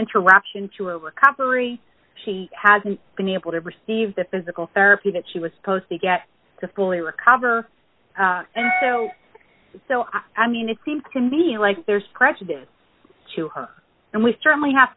interruption to a recovery she hasn't been able to receive the physical therapy that she was supposed to get to fully recover so so i mean it seems to me like there's prejudice to her and we certainly have